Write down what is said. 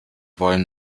wollten